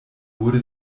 wurde